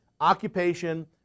occupation